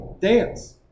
Dance